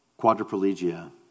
quadriplegia